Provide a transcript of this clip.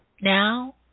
now